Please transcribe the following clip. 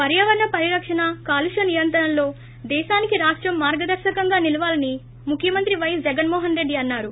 పర్యావరణ పరిరక్షణ కాలుష్య నియంత్రణలో దేశానికి రాష్టం మార్గదర్తకంగా నిలవాలని ముఖ్యమంత్రి వైఎస్ జగన్మోహన్రెడ్డి అన్నారు